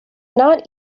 not